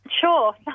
Sure